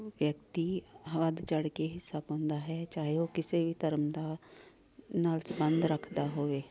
ਵਿਅਕਤੀ ਵੱਧ ਚੜ੍ਹ ਕੇ ਹਿੱਸਾ ਪਾਉਂਦਾ ਹੈ ਚਾਹੇ ਉਹ ਕਿਸੇ ਵੀ ਧਰਮ ਦਾ ਨਾਲ ਸੰਬੰਧ ਰੱਖਦਾ ਹੋਵੇ